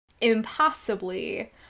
impossibly